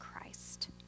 Christ